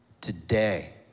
today